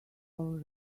all